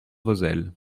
vozelle